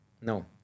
No